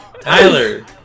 Tyler